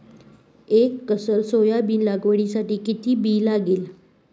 एक acre soybean लागवडीसाठी किती बी लागेल?